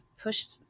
pushed